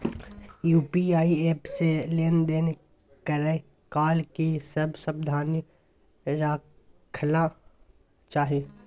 UPI app से लेन देन करै काल की सब सावधानी राखना चाही?